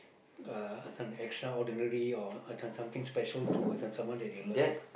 uh some extra ordinary or some some something special to someone that you love